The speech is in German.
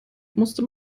musste